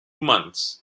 months